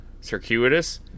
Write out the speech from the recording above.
Circuitous